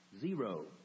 Zero